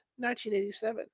1987